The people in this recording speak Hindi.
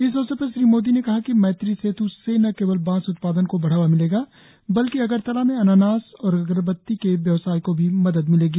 इस अवसर पर श्री मोदी ने कहा कि मैत्री सेत् से न केवल बांस उत्पादन को बढ़ावा मिलेगा बल्कि अगरतला में अनानास और अगरबत्ती के व्यवसाय को भी मदद मिलेगी